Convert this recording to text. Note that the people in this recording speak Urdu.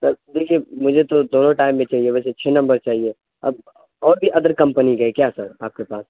سر دیکھیے مجھے تو دونوں ٹائپ میں چاہیے ویسے چھ نمبر چاہیے اب اور بھی ادر کمپنی کے ہیں کیا سر آپ کے پاس